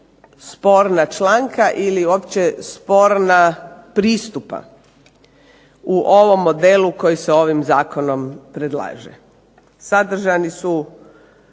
sporna članka ili uopće sporna pristupa u ovom modelu koji se ovim zakonom predlaže. Sadržani su